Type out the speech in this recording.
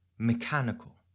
mechanical